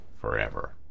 forever